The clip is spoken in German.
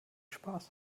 spaß